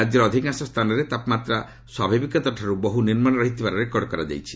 ରାଜ୍ୟର ଅଧିକାଂଶ ସ୍ଥାନରେ ତାପମାତ୍ରା ସ୍ୱାଭାବିକତାଠାରୁ ବହୁ ନିମ୍ବରେ ରହିଥିବାର ରେକର୍ଡ କରାଯାଇଛି